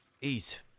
Ease